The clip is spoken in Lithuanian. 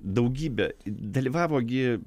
daugybė dalyvavo gi